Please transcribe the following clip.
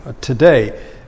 today